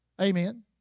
Amen